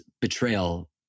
betrayal